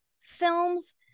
films